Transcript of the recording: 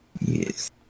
Yes